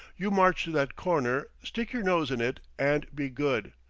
you march to that corner, stick your nose in it, and be good!